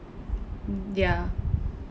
mm ya